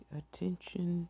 attention